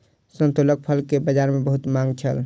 संतोलाक फल के बजार में बहुत मांग छल